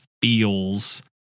feels